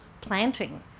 planting